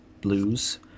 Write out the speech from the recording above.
blues